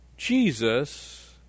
Jesus